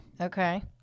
Okay